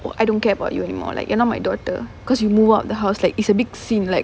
I don't care about you anymore like you're not my daughter because you move out of the house that is a big sin like